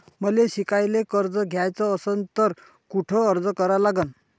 मले शिकायले कर्ज घ्याच असन तर कुठ अर्ज करा लागन?